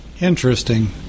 interesting